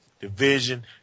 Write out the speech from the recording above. Division